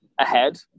ahead